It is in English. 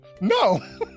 no